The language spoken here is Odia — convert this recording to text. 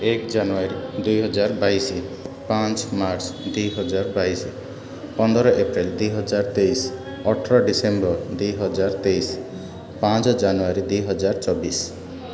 ଏକ ଜାନୁଆରୀ ଦୁଇହଜାର ବାଇଶି ପାଞ୍ଚ ମାର୍ଚ୍ଚ ଦୁଇହଜାର ବାଇଶି ପନ୍ଦର ଏପ୍ରିଲ ଦୁଇହଜାର ତେଇଶି ଅଠର ଡିସେମ୍ବର ଦୁଇହଜାର ତେଇଶି ପାଞ୍ଚ ଜାନୁଆରୀ ଦୁଇହଜାର ଚବିଶି